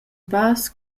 pass